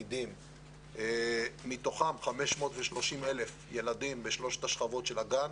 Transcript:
תלמידים מתוכם 530,000 ילדים בשלושת השכבות של הגן